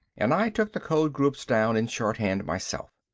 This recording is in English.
and i took the code groups down in shorthand myself.